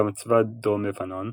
גם צבא דרום לבנון,